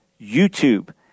YouTube